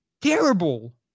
terrible